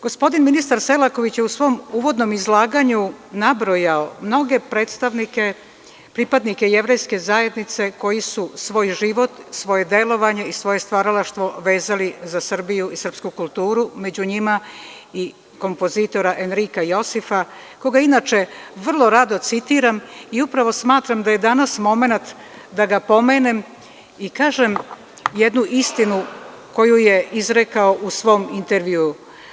Gospodin ministar Selaković je u svom uvodnom izlaganju nabrojao mnoge predstavnike, pripadnike Jevrejske zajednice koje su svoj život, svoje delovanje i svoje stvaralaštvo vezali za Srbiju i srpsku kulturu, među njima i kompozitora Enrika Josifa, koga inače vrlo rado citiram i upravo smatram da je danas momenat da ga pomenem i kažem jednu istinu koju je izrekao u svom intervjuu.